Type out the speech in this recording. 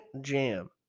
Jam